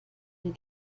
die